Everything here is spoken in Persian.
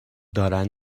دارن